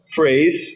phrase